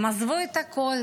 הם עזבו את הכול,